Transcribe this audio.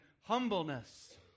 humbleness